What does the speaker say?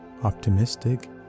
optimistic